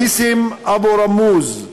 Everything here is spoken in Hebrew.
נסים אבו-רמוז,